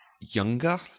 younger